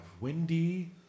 Windy